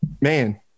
man